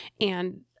And-